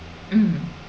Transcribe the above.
mm